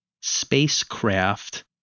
spacecraft